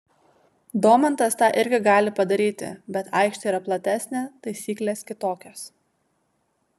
domantas tą irgi gali padaryti bet aikštė yra platesnė taisyklės kitokios